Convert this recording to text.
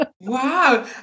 Wow